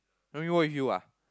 you want me walk with you ah